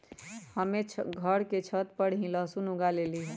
हम्मे घर के छत पर ही लहसुन उगा लेली हैं